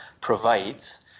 provides